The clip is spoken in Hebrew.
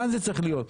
כאן זה צריך להיות.